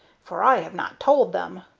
for i have not told them.